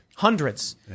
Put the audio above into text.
hundreds